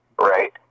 right